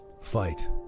fight